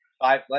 five